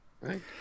Right